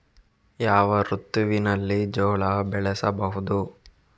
ಯಾವ ಋತುವಿನಲ್ಲಿ ಜೋಳ ಬೆಳೆಸಬಹುದು?